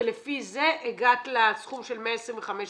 ולפי זה הגעת לסכום של 125 מיליון.